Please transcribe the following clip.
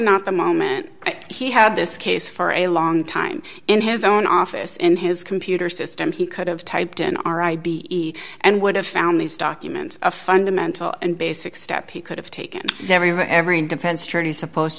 not the moment he had this case for a long time in his own office in his computer system he could have typed in our i'd be and would have found these documents a fundamental and basic step he could have taken as everyone every defense attorney is supposed